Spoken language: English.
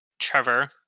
Trevor